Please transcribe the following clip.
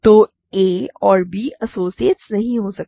तो a और b associates नहीं हो सकते